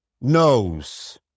knows